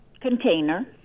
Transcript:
container